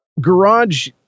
Garage